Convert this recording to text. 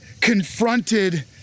confronted